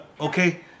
Okay